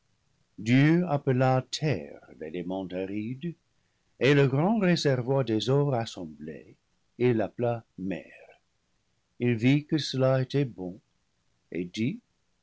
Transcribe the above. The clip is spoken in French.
dieu appela terre l'élément aride et le grand réservoir des eaux rassemblées il l'appela mer il vil que cela était bon et dit